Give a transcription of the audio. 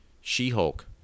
She-Hulk